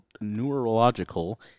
neurological